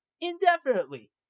indefinitely